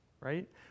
right